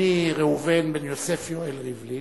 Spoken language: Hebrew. אני ראובן בן יוסף יואל ריבלין,